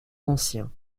anciens